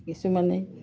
কিছুমানে